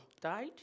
Died